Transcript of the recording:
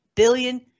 billion